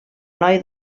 noi